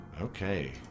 Okay